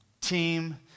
team